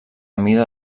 mida